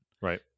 Right